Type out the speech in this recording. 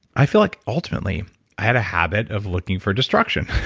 i feel like ultimately i had a habit of looking for destruction,